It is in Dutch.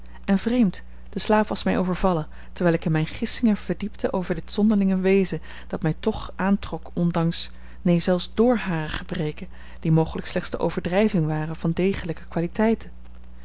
en vreemd de slaap was mij overvallen terwijl ik mij in gissingen verdiepte over dit zonderlinge wezen dat mij toch aantrok ondanks neen zelfs door hare gebreken die mogelijk slechts de overdrijving waren van degelijke kwaliteiten